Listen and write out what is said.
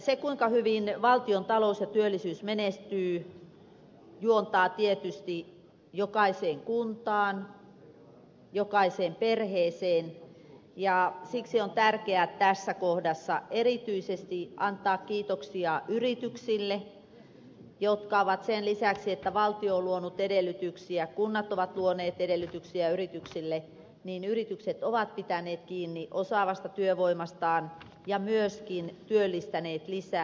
se kuinka hyvin valtiontalous ja työllisyys menestyvät juontaa tietysti jokaiseen kuntaan jokaiseen perheeseen ja siksi on tärkeää tässä kohdassa erityisesti antaa kiitoksia yrityksille jotka ovat sen lisäksi että valtio on luonut edellytyksiä kunnat ovat luoneet edellytyksiä yrityksille pitäneet kiinni osaavasta työvoimastaan ja myöskin työllistäneet lisää